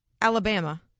Alabama